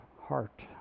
heart